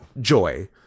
joy